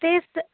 ते